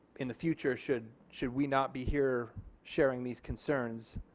in the future should should we not be here sharing these concerns